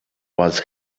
was